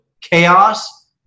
chaos